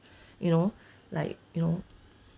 you know like you know